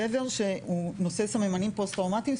גבר שהוא נושא סממנים פוסט טראומטיים,